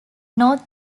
north